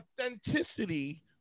authenticity